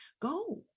go